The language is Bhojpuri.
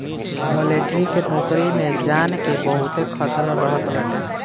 मलेटरी के नोकरी में जान के बहुते खतरा रहत बाटे